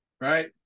right